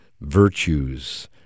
virtues